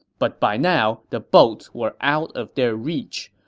but by now, the boats were out of their reach.